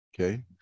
okay